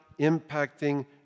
impacting